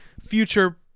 future –